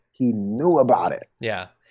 he knew about it. yeah,